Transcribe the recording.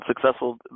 successful